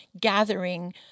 gathering